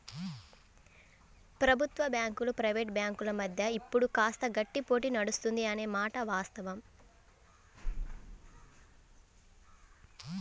ప్రభుత్వ బ్యాంకులు ప్రైవేట్ బ్యాంకుల మధ్య ఇప్పుడు కాస్త గట్టి పోటీ నడుస్తుంది అనే మాట వాస్తవం